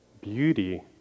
beauty